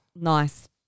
nice